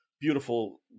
beautiful